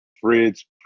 Fridge